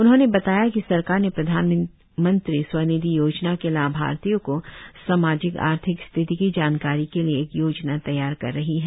उन्होंने बताया कि सरकार ने प्रधानमंत्री स्वनिधि योजना के लाभार्थियों की सामाजिक आर्थिक स्थिति की जानकारी के लिए एक योजना तैयार कर रही है